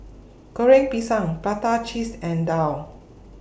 Goreng Pisang Prata Cheese and Daal